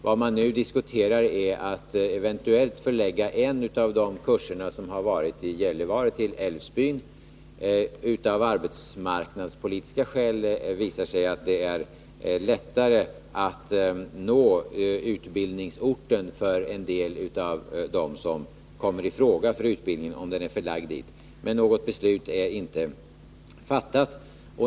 Vad man nu diskuterar är att eventuellt förlägga en av kurserna i Gällivare till Älvsbyn. Det visar sig att det är lättare, av arbetsmarknadspolitiska skäl, att nå utbildningsorten för en del av dem som kommer i fråga för utbildning om den är förlagd dit. Men något beslut har inte fattats.